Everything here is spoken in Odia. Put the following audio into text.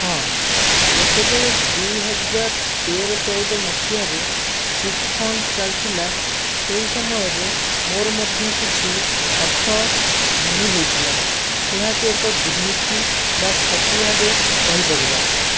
ହଁ ଯେତେବେଳେ ଦୁଇ ହଜାର ତେର ଚଉଦ ମସିହାରେ ଚିଟ୍ ଫଣ୍ଡ ଚାଲିଥିଲା ସେହି ସମୟରେ ମୋର ମଧ୍ୟ କିଛି ଅର୍ଥହାନି ହୋଇଥିଲା ସେହାକୁ ଏକ ଦୁର୍ନୀତି ବା କ୍ଷତି ଭାବେ କହିପାରିବା